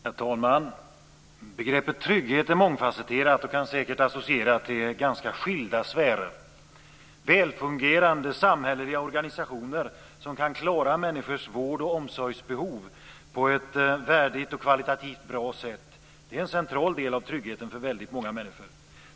Herr talman! Begreppet trygghet är mångfasetterat och kan säkert associera till ganska skilda sfärer. Välfungerande samhälleliga organisationer som kan klara människors vård och omsorgsbehov på ett värdigt och kvalitativt bra sätt är en central del av tryggheten för väldigt många människor.